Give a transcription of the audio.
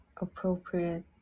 appropriate